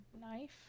Knife